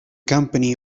company